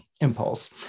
impulse